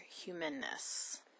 humanness